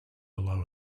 below